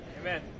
amen